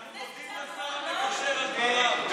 אנחנו מודים לשר המקשר על דבריו.